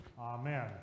Amen